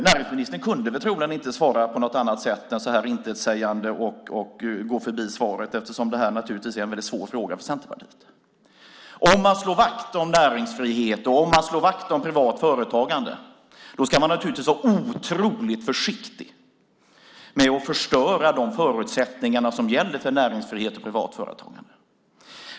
Näringsministern kunde troligen inte annat än svara så här intetsägande och gå förbi svaret. Frågan är naturligtvis väldigt svår för Centerpartiet. Om man slår vakt om näringsfrihet och om man slår vakt om privat företagande ska man naturligtvis vara otroligt försiktig med att förstöra de förutsättningar som finns för näringsfrihet och privat företagande.